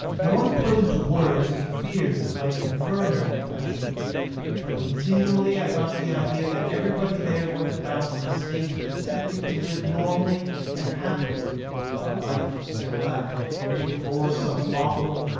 no one put into words any fears that might confirm that impression but continually i got the idea that everybody there went about in a state of attempting to live normally and happily while life was still left before some awful,